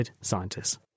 Scientists